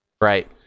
Right